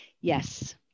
Yes